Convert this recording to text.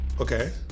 Okay